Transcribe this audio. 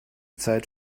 zeit